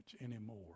anymore